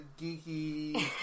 geeky